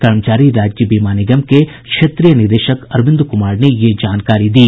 कर्मचारी राज्य बीमा निगम के क्षेत्रीय निदेशक अरविंद कुमार ने यह जानकारी दी